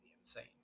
insane